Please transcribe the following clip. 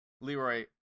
Leroy